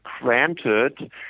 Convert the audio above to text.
granted